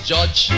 Judge